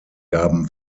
gaben